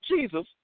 Jesus